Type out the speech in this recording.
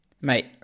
mate